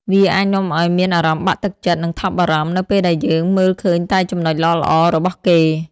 វាអាចនាំឲ្យមានអារម្មណ៍បាក់ទឹកចិត្ត និងថប់បារម្ភ នៅពេលដែលយើងមើលឃើញតែចំណុចល្អៗរបស់គេ ។